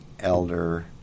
Elder